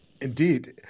Indeed